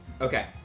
Okay